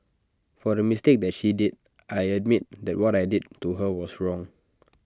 for the mistake that she did I admit that what I did to her was wrong